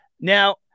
now